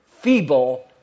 feeble